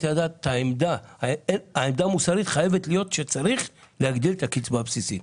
העמדה המוסרית חייבת להיות שצריך להגדיל את הקצבה הבסיסית.